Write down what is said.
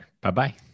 Bye-bye